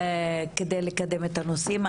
כדי לקדם את הנושאים.